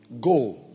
Go